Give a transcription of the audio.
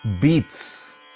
beats